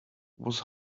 was